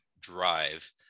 drive